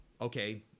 okay